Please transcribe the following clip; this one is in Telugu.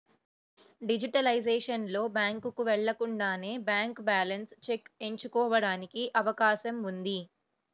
డిజిటలైజేషన్ లో, బ్యాంకుకు వెళ్లకుండానే బ్యాంక్ బ్యాలెన్స్ చెక్ ఎంచుకోవడానికి అవకాశం ఉంది